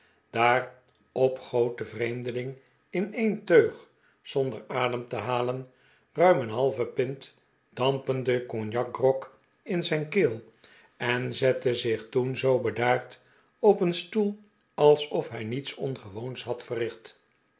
staan daarop goot de vreemdeling in een teug zonder adem te halen ruim een halve pint dampende cognacgrog in zijn keel en zette zich toen zoo bedaard op een stoel alsof hij niets ongewoons had verricht